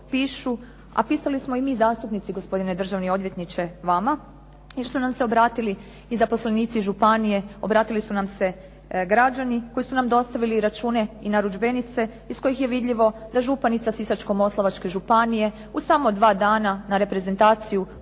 a pisali smo i mi zastupnici gospodine državni odvjetniče vama jer su nam se obratili i zaposlenici županije, obratili su nam se građani koji su nam dostavili račune i narudžbenice iz kojih je vidljivo da županica Sisačko-moslavačke županije u samo dva dana na reprezentaciju